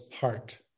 heart